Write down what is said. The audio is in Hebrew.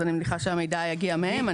אז אני מניחה שהמידע יגיע מהם.